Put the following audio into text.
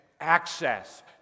access